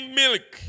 milk